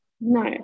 No